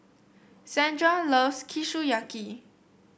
Sandra loves Kushiyaki